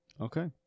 Okay